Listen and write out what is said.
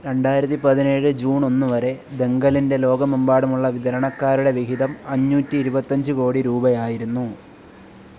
രണ്ടായിരത്തി പതിനേഴ് ജൂൺ ഒന്നു വരെ ദംഗലിന്റെ ലോകമെമ്പാടുമുള്ള വിതരണക്കാരുടെ വിഹിതം അഞ്ഞൂറ്റി ഇരുപത്തഞ്ച് കോടി രൂപയായിരുന്നു